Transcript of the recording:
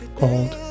called